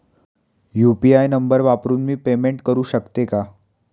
UPI number वापरून मी payment करू शकते का?